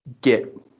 get